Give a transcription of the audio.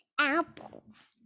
Apples